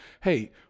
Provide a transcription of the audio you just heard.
hey